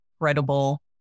incredible